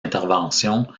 intervention